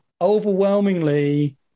Overwhelmingly